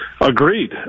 Agreed